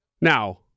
now